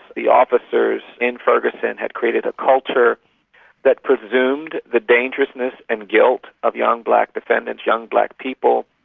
the officers in ferguson had created a culture that presumed the dangerousness and guilt of young black defendants, young black people.